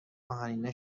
آهنین